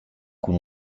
con